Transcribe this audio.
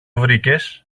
βρήκες